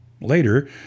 Later